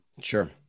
Sure